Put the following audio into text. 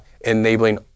enabling